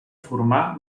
formar